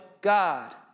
God